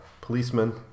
policeman